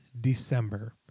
December